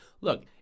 Look